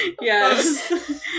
yes